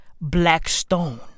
Blackstone